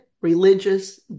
religious